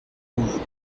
vous